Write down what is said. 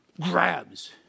grabs